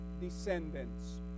descendants